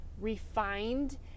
refined